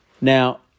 Now